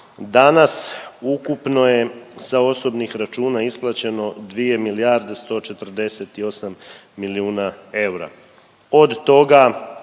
danas ukupno je sa osobnih računa isplaćeno 2 milijarde 148 milijuna eura,